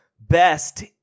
best